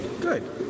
Good